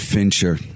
Fincher